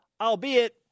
Albeit